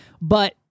but-